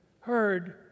heard